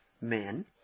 men